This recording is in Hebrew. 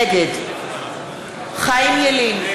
נגד חיים ילין,